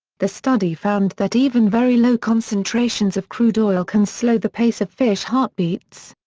the study found that even very low concentrations of crude oil can slow the pace of fish heartbeats.